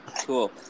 Cool